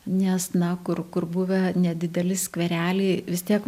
nes na kur kur buvę nedideli skvereliai vis tiek